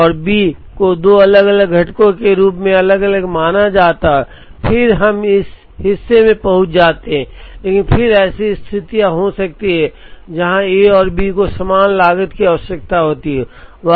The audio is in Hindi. और बी को दो अलग अलग घटकों के रूप में अलग अलग माना जाता है फिर हम इस हिस्से में पहुंच जाते हैं लेकिन फिर ऐसी स्थितियां हो सकती हैं जहां ए और बी को समान लागत की आवश्यकता नहीं होती है